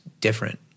different